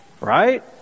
right